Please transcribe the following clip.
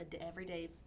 everyday